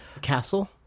castle